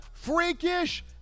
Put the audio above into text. freakish